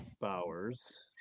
Bowers